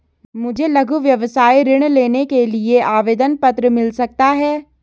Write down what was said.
मुझे लघु व्यवसाय ऋण लेने के लिए आवेदन पत्र मिल सकता है?